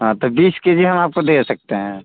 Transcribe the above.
हाँ तो बीस केजी हम आपको दे सकते हैं